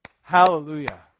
Hallelujah